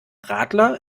radler